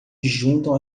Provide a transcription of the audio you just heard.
juntam